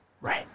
Right